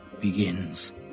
begins